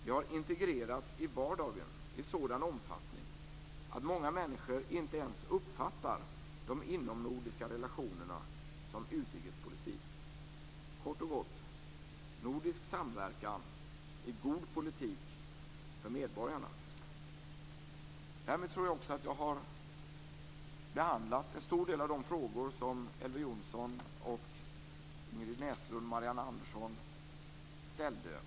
Det har integrerats i vardagen i en sådan omfattning att många människor inte ens uppfattar de inomnordiska relationerna som utrikespolitik. Kort och gott: Nordisk samverkan är god politik för medborgarna. Därmed tror jag också att jag har behandlat en stor del av de frågor som Elver Jonsson, Ingrid Näslund och Marianne Andersson ställde.